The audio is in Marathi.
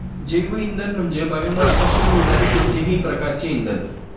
जैवइंधन म्हणजे बायोमासपासून मिळणारे कोणतेही प्रकारचे इंधन